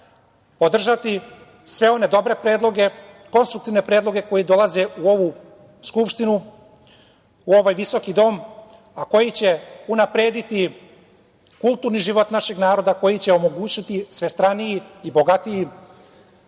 podržati sve one dobre predloge, konstruktivne predloge koji dolaze u ovu Skupštinu, u ovaj visoki dom, a koji će unaprediti kulturni život našeg naroda koji će omogućiti svestraniji i bogatiji